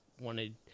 wanted